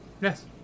Yes